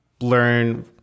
learn